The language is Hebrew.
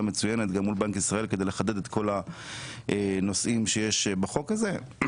מצוינת גם מול בנק ישראל כדי לחדד את כל הנושאים שנמצאים בחוק הזה.